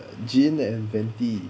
jean and venti